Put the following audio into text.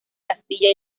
castilla